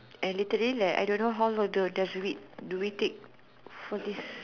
and literally like I don't know how long do does do we take for this